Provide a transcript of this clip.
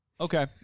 Okay